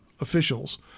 officials